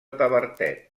tavertet